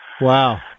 Wow